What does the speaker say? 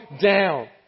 down